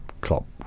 Klopp